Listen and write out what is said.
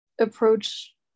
approach